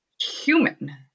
human